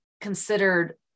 considered